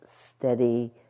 steady